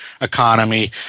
economy